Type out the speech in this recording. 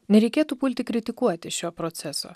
nereikėtų pulti kritikuoti šio proceso